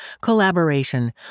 Collaboration